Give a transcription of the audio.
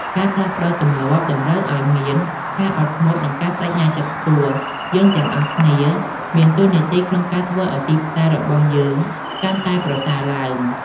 ការផ្លាស់ប្តូរទម្លាប់តម្រូវឲ្យមានការអត់ធ្មត់ និងការប្តេជ្ញាចិត្តខ្ពស់ យើងទាំងអស់គ្នាមានតួនាទីក្នុងការធ្វើឲ្យទីផ្សាររបស់យើងកាន់តែប្រសើរឡើង។